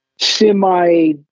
semi